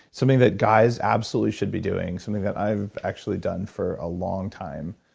something that guys absolutely should be doing, something that i've actually done for a long time,